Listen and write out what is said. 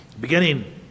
Beginning